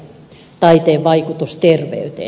taiteen vaikutus terveyteen